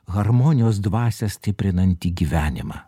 harmonijos dvasią stiprinantį gyvenimą